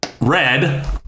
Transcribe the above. red